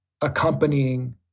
accompanying